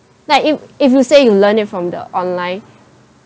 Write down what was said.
like if if you say you learn it from the online